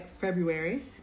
February